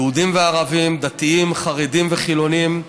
יהודים וערבים, דתיים, חרדים וחילונים,